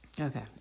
okay